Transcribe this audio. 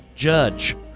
judge